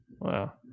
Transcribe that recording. Wow